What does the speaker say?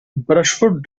brushwood